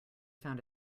found